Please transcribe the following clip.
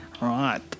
Right